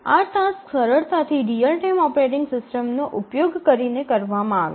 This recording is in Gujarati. આ ટાસક્સ સરળતાથી રીઅલ ટાઇમ ઓપરેટિંગ સિસ્ટમનો ઉપયોગ કરીને કરવામાં આવે છે